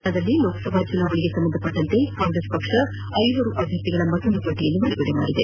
ಹರಿಯಾಣದಲ್ಲಿ ಲೋಕಸಭಾ ಚುನಾವಣೆಗೆ ಸಂಬಂಧಿಸಿದಂತೆ ಕಾಂಗ್ರೆಸ್ ಪಕ್ಷ ಐವರು ಅಭ್ಯರ್ಥಿಗಳ ಮತ್ತೊಂದು ಪಟ್ಟಿಯನ್ನು ಬಿಡುಗಡೆ ಮಾಡಿದೆ